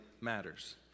matters